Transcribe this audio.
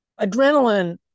adrenaline